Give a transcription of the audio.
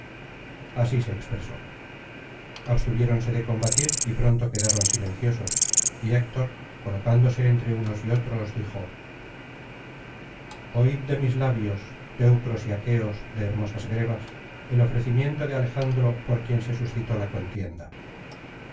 así se expresó abstuviéronse de combatir y pronto quedaron silenciosos y héctor colocándose entre unos y otros dijo oíd de mis labios teucros y aqueos de hermosas grebas el ofrecimiento de alejandro por quien se suscitó la contienda